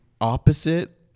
opposite